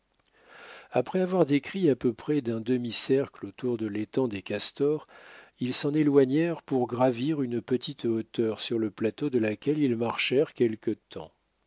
après avoir décrit à peu près un demi-cercle autour de l'étang des castors ils s'en éloignèrent pour gravir une petite hauteur sur le plateau de laquelle ils marchèrent quelque temps